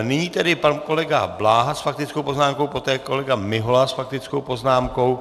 Nyní tedy pan kolega Bláha s faktickou poznámkou, poté kolega Mihola s faktickou poznámkou.